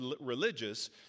religious